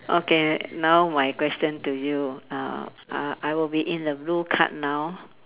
okay now my question to you uh uh I will be in the blue card now